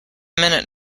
minute